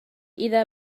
إذا